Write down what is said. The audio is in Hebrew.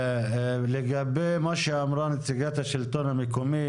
לגבי מה שאמרה נציגת השלטון המקומי,